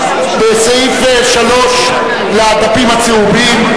בסעיף 3 לדפים הצהובים,